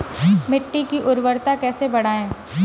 मिट्टी की उर्वरता कैसे बढ़ाएँ?